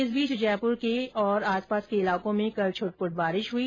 इस बीच जयपुर और आसपास के इलाकों में कल छूटपुट बारिश हुई